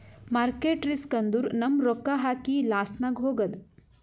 market risk ಅಂದುರ್ ನಮ್ ರೊಕ್ಕಾ ಹಾಕಿ ಲಾಸ್ನಾಗ್ ಹೋಗದ್